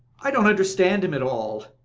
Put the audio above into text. i don't understand him at all.